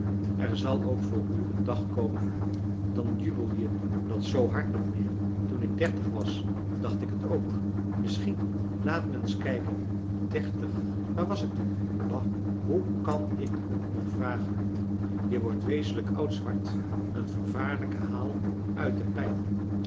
er zal ook voor u een dag komen dan jubel je dat zoo hard niet meer toen ik dertig was dacht ik het ook misschien laat mij eens kijken derfrançois haverschmidt familie en kennissen tig waar was ik toen ba hoe kan ik het nog vragen je wordt wezenlijk oud swart een vervaarlijke haal uit de pijp